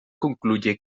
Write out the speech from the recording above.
concluye